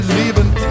leaving